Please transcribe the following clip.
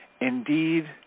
Indeed